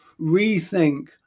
rethink